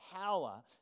power